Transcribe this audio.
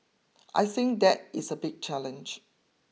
I think that is a big challenge